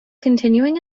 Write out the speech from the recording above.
continuing